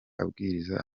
abwiriza